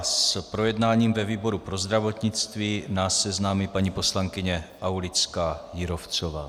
S projednáním ve výboru pro zdravotnictví nás seznámí paní poslankyně Aulická Jírovcová.